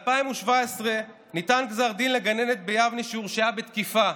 ב-2017 ניתן גזר דין לגננת ביבנה שהורשעה בתקיפה.